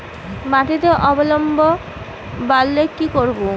মাটিতে অম্লত্ব বাড়লে কি করব?